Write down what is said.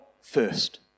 first